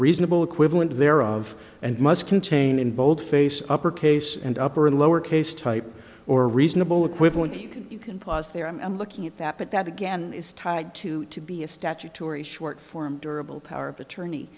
reasonable equivalent thereof and must contain in boldface upper case and upper and lower case type or reasonable equivalent you can you can pause there i'm looking at that but that again is tied to to be a statutory short form durable power of attorney